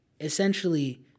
Essentially